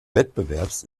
wettbewerbs